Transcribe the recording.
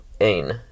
Ain